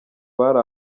bari